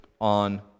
on